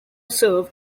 serve